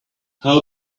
how